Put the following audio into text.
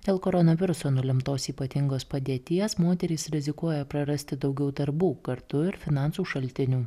dėl koronaviruso nulemtos ypatingos padėties moterys rizikuoja prarasti daugiau darbų kartu ir finansų šaltinių